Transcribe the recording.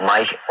Mike